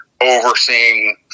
overseeing